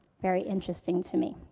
very interesting to me.